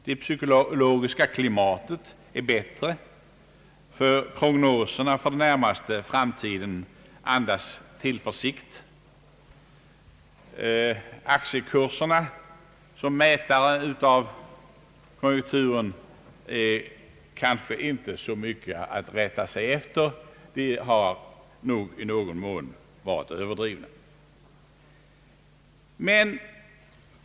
Det psykologiska klimatet är bättre; prognoserna för den närmaste framtiden andas tillförsikt. Aktiekurserna som mätare av konjunkturen är kanske inte så mycket att rätta sig efter — de har nog i någon mån varit överdrivna.